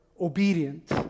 obedient